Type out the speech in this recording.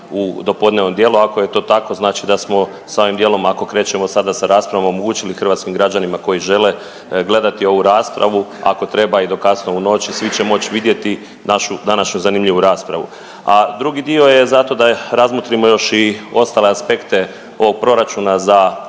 u dopodnevnom dijelu, ako je to tako, znači da smo s ovim dijelom ako krećemo sada sa raspravom omogućili hrvatskim građanima koji žele gledati ovu raspravu ako treba i do kasno u noć i svi će moći vidjeti našu današnju zanimljivu raspravu. A drugi dio je zato da razmotrimo još i ostale aspekte ovog proračuna za